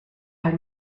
are